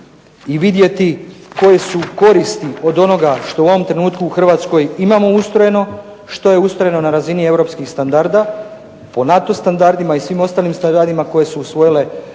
i vidjeti koje su koristi od onoga što u ovom trenutku u Hrvatskoj imamo ustrojeno, što je ustrojeno na razini europskih standarda, po NATO standardima, i svim ostalima standardima koje su usvojene